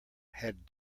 had